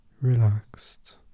relaxed